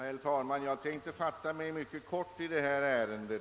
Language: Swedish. Herr talman! Jag ämnar fatta mig mycket kort i detta ärende.